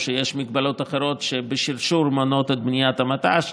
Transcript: או שיש הגבלות אחרות שבשרשור מונעות את בניית המט"ש,